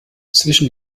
zwischen